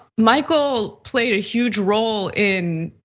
michael played a huge role in